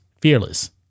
Fearless